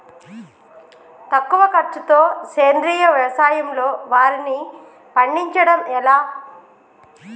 తక్కువ ఖర్చుతో సేంద్రీయ వ్యవసాయంలో వారిని పండించడం ఎలా?